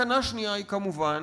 סכנה שנייה היא כמובן